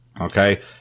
Okay